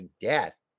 death